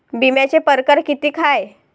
बिम्याचे परकार कितीक हाय?